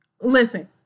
listen